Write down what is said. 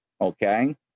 okay